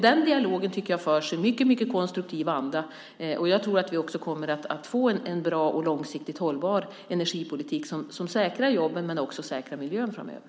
Den dialogen förs i en konstruktiv anda, och jag tror att vi kommer att få en bra och långsiktigt hållbar energipolitik som säkrar jobben men som också säkrar miljön framöver.